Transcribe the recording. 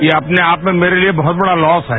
ये अपने आप में मेरे लिए बहुत बड़ा लॉस है